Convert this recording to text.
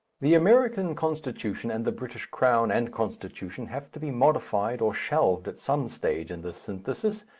the american constitution and the british crown and constitution have to be modified or shelved at some stage in this synthesis,